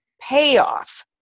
payoff